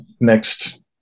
next